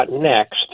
next